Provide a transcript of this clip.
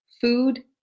Food